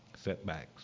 setbacks